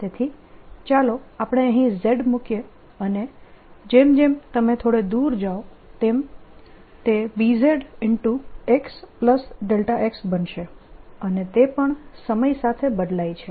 તેથી ચાલો આપણે અહીં Z મૂકીએ અને જેમ જેમ તમે થોડે દૂર જાઓ તેમ તે Bzxx બનશે અને તે પણ સમય સાથે બદલાય છે